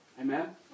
Amen